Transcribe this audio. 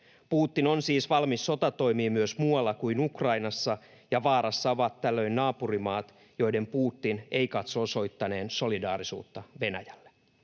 Putin on siis valmis sotatoimiin myös muualla kuin Ukrainassa, ja vaarassa ovat tällöin naapurimaat, joiden Putin ei katso osoittaneen solidaarisuutta Venäjälle.